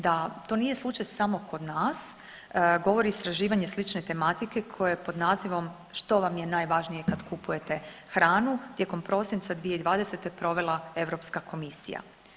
Da to nije slučaj samo kod nas govori istraživanje slične tematike koje je pod nazivom „Što vam je najvažnije kad kupujete hranu?“ tijekom prosinca 2020. provela Europska komisija.